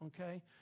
okay